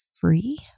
free